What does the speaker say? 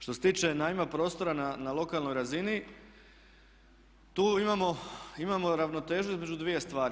Što se tiče najma prostora na lokalnoj razini tu imamo ravnotežu između dvije stvari.